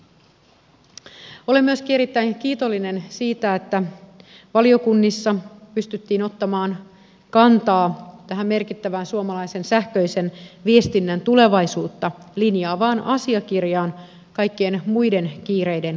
olen myöskin erittäin kiitollinen siitä että valiokunnissa pystyttiin ottamaan kantaa tähän merkittävään suomalaisen sähköisen viestinnän tulevaisuutta linjaavaan asiakirjaan kaikkien muiden kiireiden keskellä